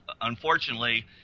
unfortunately